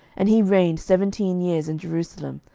and he reigned seventeen years in jerusalem,